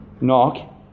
Knock